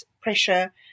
pressure